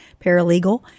paralegal